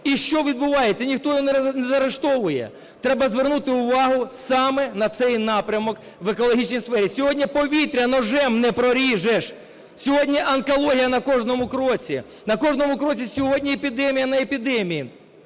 і що відбувається – ніхто його не заарештовує. Треба звернути увагу саме на цей напрямок в екологічній сфері. Сьогодні повітря ножем не проріжеш. Сьогодні онкологія на кожному кроці. На кожному кроці сьогодні епідемія на епідемії.